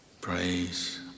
praise